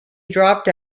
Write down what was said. dropped